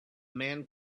man